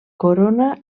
corona